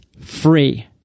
free